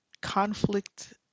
conflict